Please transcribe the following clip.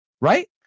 right